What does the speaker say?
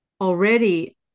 already